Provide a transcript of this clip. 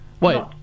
Wait